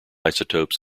isotopes